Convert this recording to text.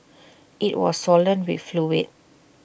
IT was swollen with fluid